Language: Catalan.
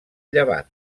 llevant